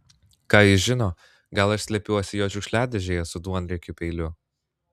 ką jis žino gal aš slepiuosi jo šiukšliadėžėje su duonriekiu peiliu